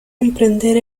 emprender